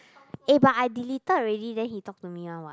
eh but I deleted already then he talked to me [one] [what]